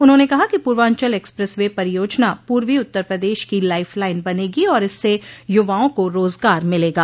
उन्होंने कहा कि पूर्वांचल एक्सप्रेस वे परियोजना पूर्वी उत्तर प्रदेश की लाइफ लाइन बनेगी और इससे युवाओं को रोजगार मिलेगा